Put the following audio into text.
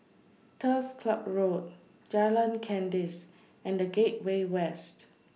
Turf Ciub Road Jalan Kandis and The Gateway West